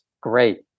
great